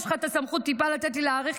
יש לך את הסמכות לתת לי להאריך,